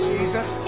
Jesus